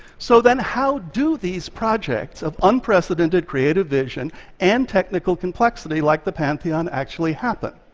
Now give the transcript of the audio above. so then how do these projects of unprecedented creative vision and technical complexity like the pantheon actually happen?